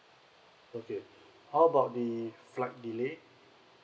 okay how about the flight delay